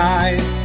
eyes